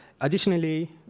Additionally